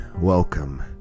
welcome